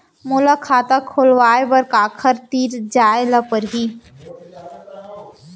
मोला खाता खोलवाय बर काखर तिरा जाय ल परही?